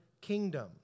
kingdom